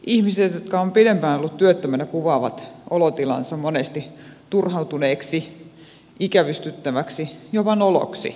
ihmiset jotka ovat pidempään olleet työttöminä kuvaavat olotilaansa monesti turhautuneeksi ikävystyttäväksi jopa noloksi